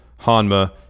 Hanma